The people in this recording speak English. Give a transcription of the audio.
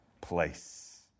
place